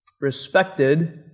respected